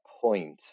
point